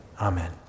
amen